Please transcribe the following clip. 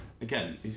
again